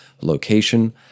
Location